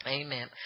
amen